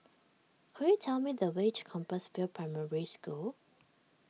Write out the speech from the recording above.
could you tell me the way to Compassvale Primary School